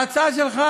ההצעה שלך